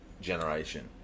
generation